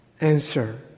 Answer